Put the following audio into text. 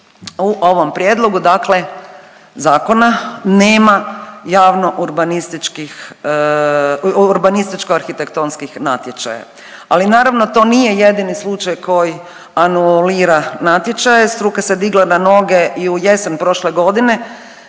U ovom prijedlogu, dakle zakona nema javno-urbanističkih, urbanističko-arhitektonskih natječaja. Ali naravno to nije jedini slučaj koji anulira natječaje. Struka se digla na noge i u jesen prošle godine